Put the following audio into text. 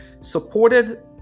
supported